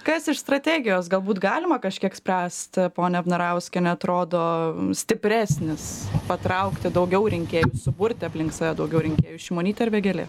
kas iš strategijos galbūt galima kažkiek spręst ponia vnarauskiene atrodo stipresnis patraukti daugiau rinkėjų suburti aplink save daugiau rinkėjų šimonytė ar vėgėlė